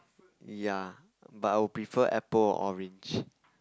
ya but I would prefer apple or orange